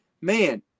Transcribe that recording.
Man